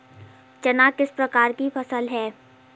चना किस प्रकार की फसल है?